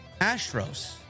Astros